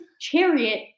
chariot